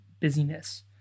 busyness